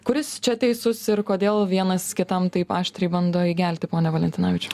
kuris čia teisus ir kodėl vienas kitam taip aštriai bando įgelti pone valentinavičiau